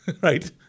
right